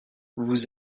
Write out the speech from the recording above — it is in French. vous